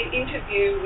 interview